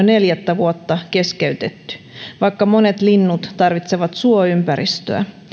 neljättä vuotta keskeytetty vaikka monet linnut tarvitsevat suoympäristöä